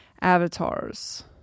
avatars